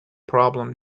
problem